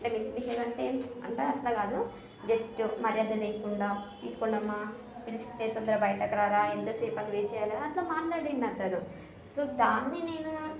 అంటే మిస్బిహేవ్ అంటే అంటే అట్లా కాదు జస్ట్ మర్యాద లేకుండా తీసుకోండమ్మా పిలిస్తే తొందర బయటకు రారా ఎంతసేపని వెయిట్ చేయాలి అని అట్లా మాట్లాడాడు అతను సో దాన్ని నేను